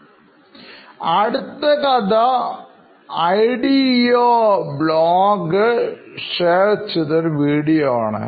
ഞാൻ ഇവിടെ പറയാൻ ഉദ്ദേശിക്കുന്ന രണ്ടാമത്തെ കഥ Ideo ബ്ലോഗ് share വീഡിയോ ആണ്